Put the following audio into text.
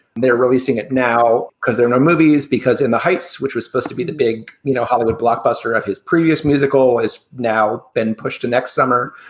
they're releasing it now because there are no movies, because in the heights, which were supposed to be the big you know hollywood blockbuster of his previous musical, has now been pushed to next summer.